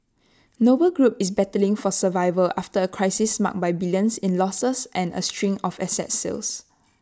noble group is battling for survival after A crisis marked by billions in losses and A string of asset sales